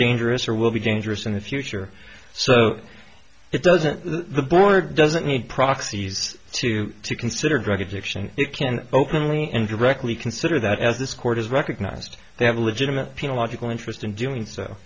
dangerous or will be dangerous in the future so it doesn't the board doesn't need proxies to consider drug addiction it can openly and directly consider that as this court has recognized they have a legitimate pina logical interest in doing so